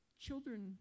children